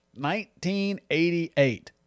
1988